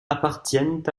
appartiennent